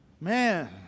man